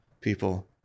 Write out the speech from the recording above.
people